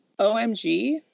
OMG